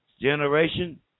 generation